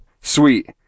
Sweet